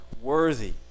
worthy